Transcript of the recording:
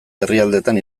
herrialdetan